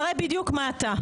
זה מראה בדיוק מה אתה.